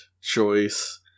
choice